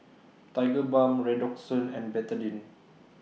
Tigerbalm Redoxon and Betadine